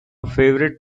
favorite